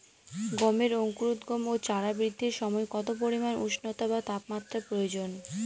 গমের অঙ্কুরোদগম ও চারা বৃদ্ধির সময় কত পরিমান উষ্ণতা বা তাপমাত্রা প্রয়োজন?